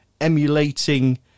emulating